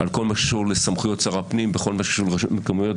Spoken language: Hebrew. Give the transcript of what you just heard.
על כל מה שקשור לסמכויות שר הפנים וכל מה שקשור לרשויות מקומיות,